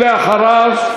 ואחריו,